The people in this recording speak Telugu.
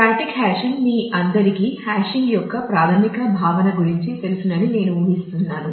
కాబట్టి ఇవి మాడ్యూల్ రూపురేఖలు